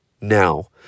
now